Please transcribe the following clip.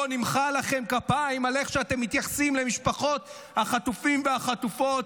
לא נמחא לכם כפיים על איך שאתם מתייחסים למשפחות החטופים והחטופות,